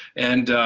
and